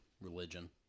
religion